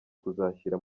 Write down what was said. kuzashyira